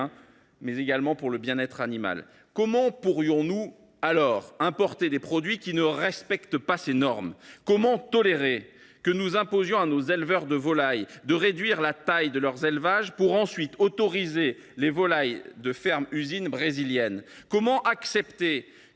mais aussi d’assurer le bien être animal. Comment pourrions nous alors importer des produits qui ne respectent pas ces normes ? Comment tolérer que nous imposions à nos éleveurs de volailles de réduire la taille de leurs élevages pour ensuite autoriser les volailles de fermes usines brésiliennes ? Comment accepter